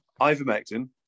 ivermectin